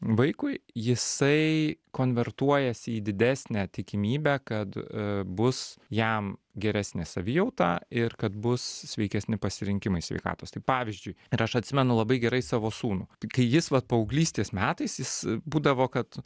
vaikui jisai konvertuojasi į didesnę tikimybę kad a bus jam geresnė savijauta ir kad bus sveikesni pasirinkimai sveikatos tai pavyzdžiui ir aš atsimenu labai gerai savo sūnų kai jis vat paauglystės metais jis būdavo kad